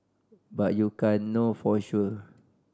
but you can't know for sure